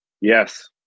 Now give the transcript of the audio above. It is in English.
Yes